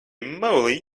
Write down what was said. moly